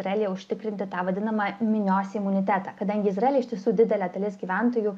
realiai užtikrinti tą vadinamą minios imunitetą kadangi izraelyje iš tiesų didelė dalis gyventojų